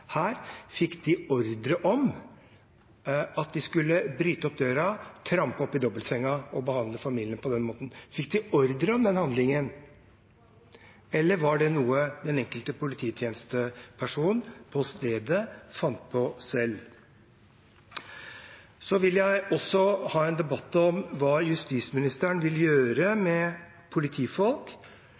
her ordre om at de skulle bryte opp døra, trampe opp i dobbeltsenga og behandle familien på den måten? Fikk de ordre om den handlingen, eller var det noe den enkelte polititjenestepersonen på stedet fant på selv? Jeg vil også ha en debatt om hva justisministeren vil gjøre med politifolk